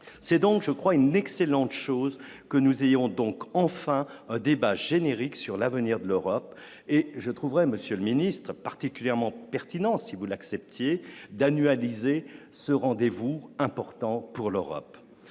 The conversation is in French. c'est donc, je crois, une excellente chose que nous ayons donc enfin un débat générique sur l'avenir de l'Europe et je trouverais Monsieur le Ministre, particulièrement pertinent si vous l'acceptiez d'annualiser ce rendez-vous important pour l'Europe